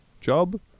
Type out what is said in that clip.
job